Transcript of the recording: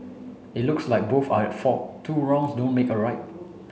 it looks like both are at fault two wrongs don't make a right